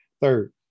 Third